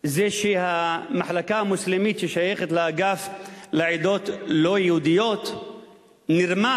היא שהמחלקה המוסלמית ששייכת לאגף לעדות לא-יהודיות נרמסת